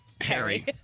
Harry